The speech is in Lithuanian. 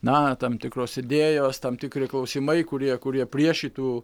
na tam tikros idėjos tam tikri klausimai kurie kurie priešytų